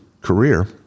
career